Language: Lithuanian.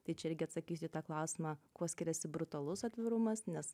tai čia irgi atsakysiu į tą klausimą kuo skiriasi brutualus atvirumas nes